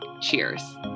Cheers